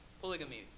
polygamy